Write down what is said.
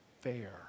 fair